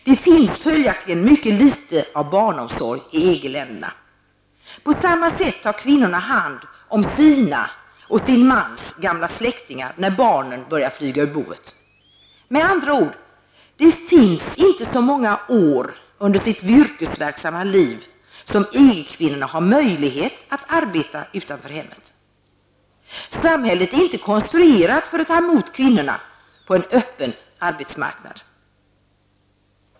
Det finns följaktligen mycket litet av barnomsorg i EG-länderna. På samma sätt tar kvinnorna hand om sina och sin mans gamla släktingar, när barnen börjar flyga ur boet. Med andra ord: Det är inte under så många av sina yrkesverksamma år som EG-kvinnorna har möjlighet att arbeta utanför hemmet. Samhället är inte konstruerat för att ta emot kvinnorna på en öppen arbetsmarknad.